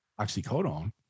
oxycodone